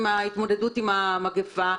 את ההתמודדות עם המגפה,